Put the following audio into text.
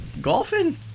Golfing